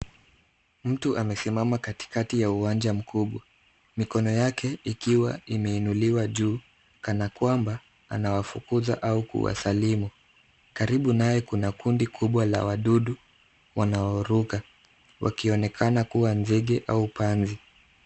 Mtu amesimama katikati ya uwanja mkubwa mikono yake ikiwa imeinuliwa juu kana kwamba anawafukuza au kuwasalimu. Karibu naye kuna kundi kubwa la wadudu wanaoruka wakionekana kuwa nzige au panzi.